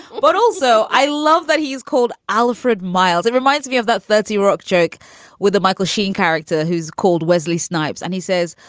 but also, i love that he's called alfred miles. it reminds me of that thirty rock joke with the michael sheen character who's called wesley snipes. and he says,